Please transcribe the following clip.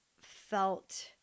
felt